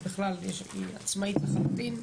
בכלל היא עצמאית לחלוטין,